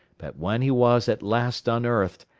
but when he was at last unearthed,